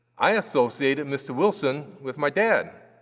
i associated mr. wilson with my dad.